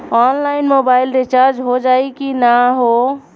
Online mobile recharge हो जाई की ना हो?